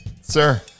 Sir